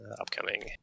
upcoming